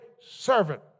servant